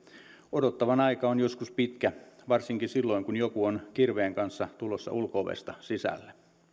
odottavan aika on joskus pitkä varsinkin silloin kun joku on kirveen kanssa tulossa ulko ovesta sisälle